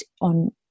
on